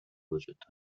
وجود